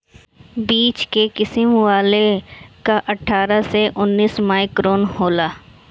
बीच के किसिम वाला कअ अट्ठारह से उन्नीस माइक्रोन होला